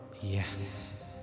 Yes